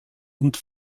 und